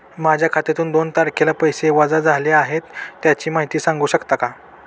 माझ्या खात्यातून दोन तारखेला पैसे वजा झाले आहेत त्याची माहिती सांगू शकता का?